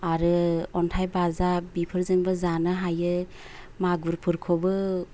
आरो अन्थाइ बाजाब बिफोरजोंबो जानो हायो मागुरफोरखौबो